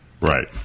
Right